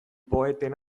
poeten